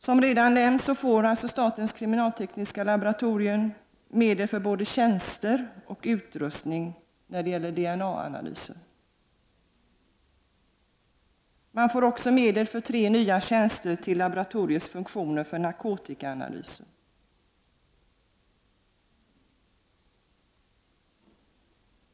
Som redan nämnts får statens kriminaltekniska laboratorium medel för både tjänster och utrustning när det gäller DNA-analyser. Det får också medel för tre nya tjänster till laboratoriets funktioner och för narkotikaanalyser.